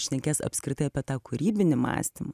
šnekės apskritai apie tą kūrybinį mąstymą